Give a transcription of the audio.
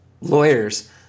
lawyers